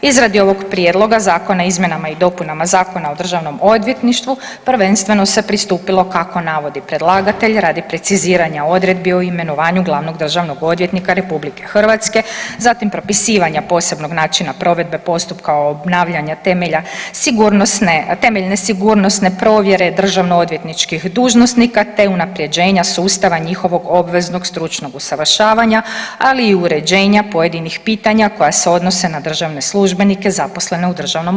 Izradi ovog Prijedloga zakona o izmjenama i dopunama Zakona o DORH-u prvenstveno se pristupilo, kako navodi predlagatelj, radi preciziranja odredbi o imenovanju glavnog državnog odvjetnika RH, zatim propisivanja posebnog načina provedbe postupka obnavljanja temelja sigurnosne, temeljne sigurnosne provjere državnoodvjetničkih dužnosnika te unaprjeđenja sustava njihovog obveznog stručnog usavršavanja, ali i uređenja pojedinih pitanja koja se odnose na državne službenike zaposlene u DORH-u.